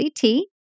CT